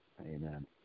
amen